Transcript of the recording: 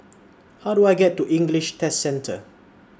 How Do I get to English Test Centre